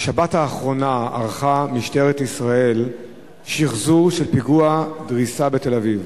בשבת האחרונה ערכה משטרת ישראל שחזור של פיגוע הדריסה בתל-אביב